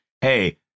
Hey